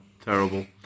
terrible